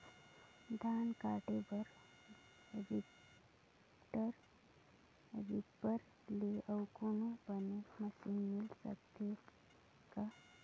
धान काटे बर रीपर ले अउ कोनो बने मशीन मिल सकथे का?